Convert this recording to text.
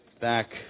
Back